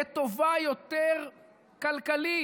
לטובה יותר כלכלית,